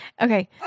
Okay